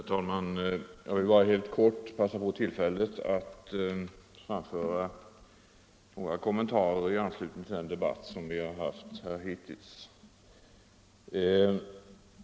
Herr talman! Jag vill bara helt kort passa på tillfället att framföra några kommentarer i anslutning till den debatt som förts hittills.